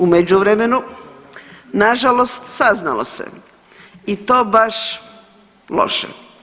U međuvremenu nažalost saznalo se i to baš loše.